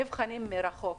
מבחנים מרחוק.